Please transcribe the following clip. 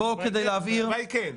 התשובה היא כן.